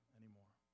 anymore